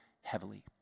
heavily